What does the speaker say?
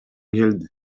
келди